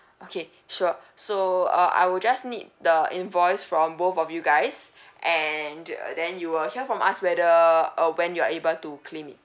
okay sure so uh I will just need the invoice from both of you guys and then you will hear from us whether uh when you're able to claim it